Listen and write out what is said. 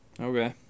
Okay